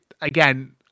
Again